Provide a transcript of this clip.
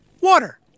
water